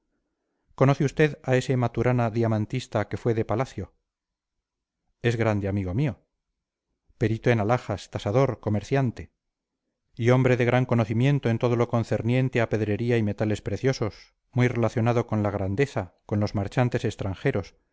conoce usted a ese maturana diamantista que fue de palacio es grande amigo mío perito en alhajas tasador comerciante y hombre de gran conocimiento en todo lo concerniente a pedrería y metales preciosos muy relacionado con la grandeza con los marchantes extranjeros